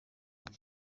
bwe